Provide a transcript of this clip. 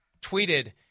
tweeted